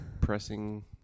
pressing